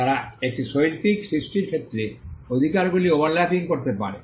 তারা একটি শৈল্পিক সৃষ্টির ক্ষেত্রে অধিকারগুলি ওভারল্যাপিং করতে পারে